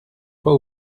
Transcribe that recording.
pas